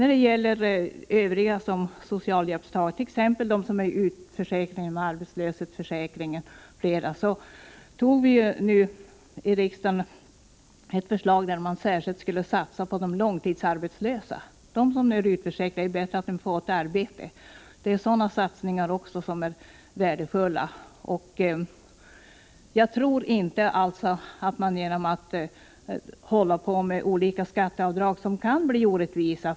Beträffande övriga socialhjälpstagare, t.ex. dem som är utförsäkrade ur arbetslöshetsförsäkringen, har riksdagen fattat ett beslut som går ut på att man särskilt skall satsa på de långtidsarbetslösa, dvs. de som är utförsäkrade. Det vore ju bra om de kunde få ett arbete. Därför är en sådan satsning mycket värdefull. Däremot tror jag inte att man uppnår större rättvisa och snabbare når dem som behöver hjälp genom olika skatteavdrag, som kan bli orättvisa.